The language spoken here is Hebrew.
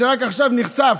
שרק עכשיו נחשף,